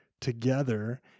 together